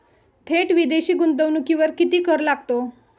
थेट विदेशी गुंतवणुकीवर किती कर लागतो?